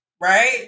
right